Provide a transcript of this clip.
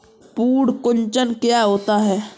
पर्ण कुंचन क्या होता है?